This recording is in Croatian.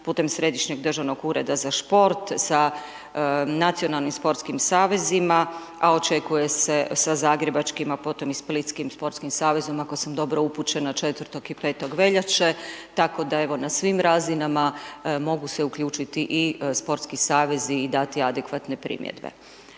putem Središnjeg državnog ureda za šport sa nacionalnim sportskim savezima, a očekuje se sa zagrebačkim, a potom i splitskim sportskim savezom ako sam dobro upućene 4. i 5. veljače, tako da evo na svim razinama mogu se uključiti i sportski savezi i dati adekvatne primjedbe.